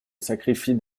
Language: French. sacrifient